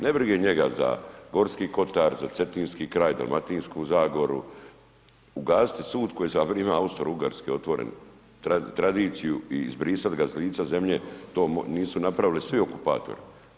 Ne briga njega za Gorski kotar, za Cetinski kraj, za Dalmatinsku zagoru, ugasiti sud koji je za vrijeme Austro ugarske otvoren, tradiciju i izbrisati ga sa licem zemlje, to nisu napravili svi okupatori.